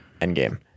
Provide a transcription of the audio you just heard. Endgame